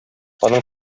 аның